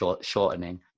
shortening